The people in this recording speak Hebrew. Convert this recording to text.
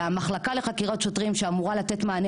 והמחלקה לחקירות שוטרים שאמורה לתת מענה